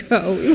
but oh,